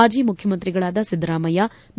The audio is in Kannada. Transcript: ಮಾಜಿ ಮುಖ್ಯಮಂತ್ರಿಗಳಾದ ಸಿದ್ದರಾಮಯ್ಯ ಬಿ